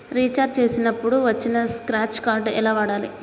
Recharge చేసినప్పుడు వచ్చిన scratch card ఎలా వాడాలి?